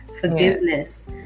forgiveness